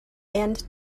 end